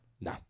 No